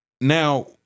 Now